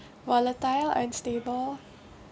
volatile and stable